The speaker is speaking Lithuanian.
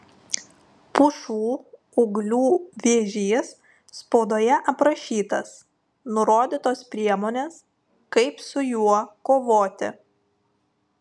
pušų ūglių vėžys spaudoje aprašytas nurodytos priemonės kaip su juo kovoti